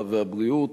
הרווחה והבריאות.